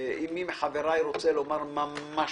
מי מחבריי רוצה לדבר ממש